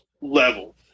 level